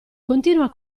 continua